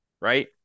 right